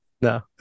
No